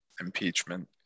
impeachment